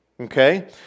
Okay